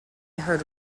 heard